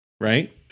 right